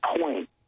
point